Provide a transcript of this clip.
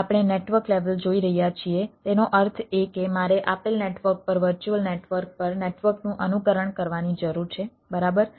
આપણે network level જોઈ રહ્યા છીએ તેનો અર્થ એ કે મારે આપેલ નેટવર્ક પર વર્ચ્યુઅલ નેટવર્ક પર નેટવર્કનું અનુકરણ કરવાની જરૂર છે બરાબર